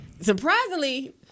surprisingly